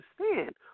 understand